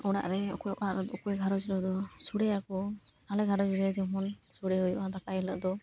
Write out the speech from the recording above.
ᱚᱲᱟᱜ ᱨᱮ ᱚᱠᱚᱭ ᱚᱲᱟᱜ ᱚᱠᱚᱭ ᱜᱷᱟᱨᱚᱸᱡᱽ ᱨᱮᱫᱚ ᱥᱚᱲᱮᱭᱟ ᱠᱚ ᱟᱞᱮ ᱜᱷᱟᱨᱚᱸᱡᱽ ᱨᱮ ᱡᱮᱢᱚᱱ ᱥᱚᱲᱮ ᱦᱩᱭᱩᱜᱼᱟ ᱫᱟᱠᱟ ᱦᱤᱞᱳᱜ ᱫᱚ